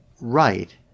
right